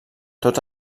tots